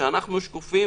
שאנחנו שקופים,